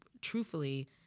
truthfully